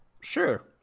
Sure